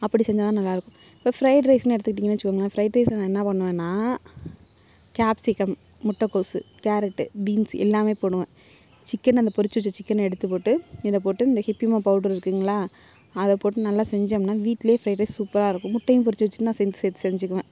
அப்படி செஞ்சால்தான் நல்லாயிருக்கும் இப்போ ஃபிரைட் ரைஸுனு எடுத்துக்கிட்டிங்கன்னு வச்சுகோங்களேன் ஃபிரைட் ரைஸில் நான் என்ன பண்ணுவேன்னால் கேப்ஸிகம் முட்டைக்கோஸு கேரட்டு பீன்ஸு எல்லாமே போடுவேன் சிக்கன் அந்த பொரிச்சு வைச்ச சிக்கன் எடுத்துப்போட்டு இதை போட்டு இந்த ஹிப்பிமோ பவுட்ரு இருக்குதுங்களா அதை போட்டு நல்லா செஞ்சோம்னா வீட்டிலயே ஃபிரைட் ரைஸ் சூப்பராயிருக்கும் முட்டையும் பொரிச்சு வச்சு நான் செஞ்சு சேர்த்து செஞ்சுக்குவேன்